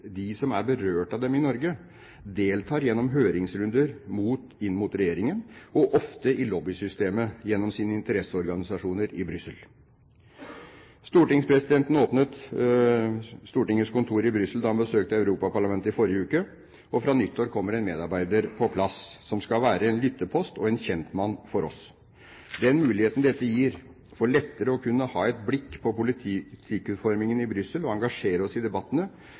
de som er berørt av dem i Norge, deltar gjennom høringsrunder inn mot regjeringer og ofte i lobbysystemet gjennom sine interesseorganisasjoner i Brussel. Stortingspresidenten åpnet stortingets kontor i Brussel da han besøkte Europaparlamentet i forrige uke, og fra nyttår kommer en medarbeider på plass, som skal være lyttepost og kjentmann for oss. Den muligheten dette gir for at vi lettere skal kunne ha et blikk på politikkutformingen i Brussel og engasjere oss i debattene,